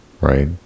right